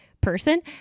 person